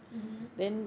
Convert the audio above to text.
mmhmm